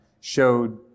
showed